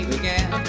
again